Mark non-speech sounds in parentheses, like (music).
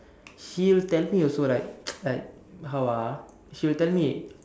he'll tell me also right (noise) like how ah he will tell me